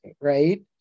right